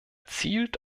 zielt